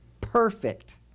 perfect